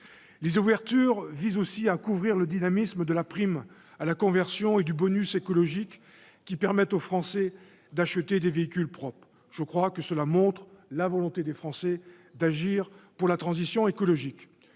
de crédits visent aussi à couvrir le dynamisme de la prime à la conversion et du bonus écologique, qui permettent aux Français d'acheter des véhicules propres. Cette tendance montre la volonté des Français d'agir pour la transition écologique.